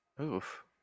Oof